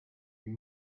you